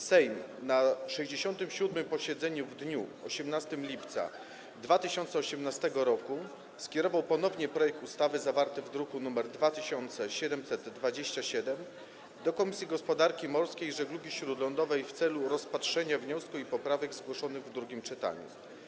Sejm na 67. posiedzeniu w dniu 18 lipca 2018 r. ponownie skierował projekt ustawy zawarty w druku nr 2727 do Komisji Gospodarki Morskiej i Żeglugi Śródlądowej w celu rozpatrzenia wniosku i poprawek zgłoszonych w drugim czytaniu.